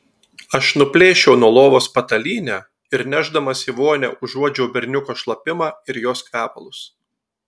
aš nuplėšiau nuo lovos patalynę ir nešdamas į vonią užuodžiau berniuko šlapimą ir jos kvepalus